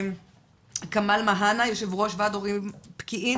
כמאל מהנא, יושב-ראש ועדת ההורים פקיעין,